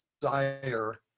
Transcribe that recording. desire